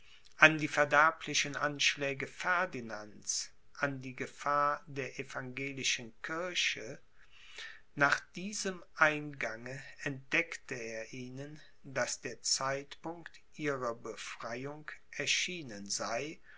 an die verderblichen anschläge ferdinands an die gefahr der evangelischen kirche nach diesem eingange entdeckte er ihnen daß der zeitpunkt ihrer befreiung erschienen sei